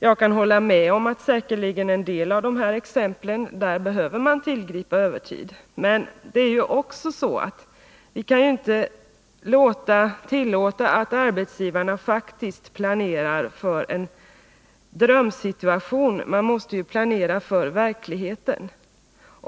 Jag kan hålla med om att man i en del fall behöver tillgripa övertid. Men vi kan inte tillåta att arbetsgivarna faktiskt planerar för en drömsituation. De måste planera för verkligheten.